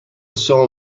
saw